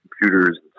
computers